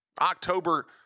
October